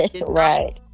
Right